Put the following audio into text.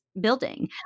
building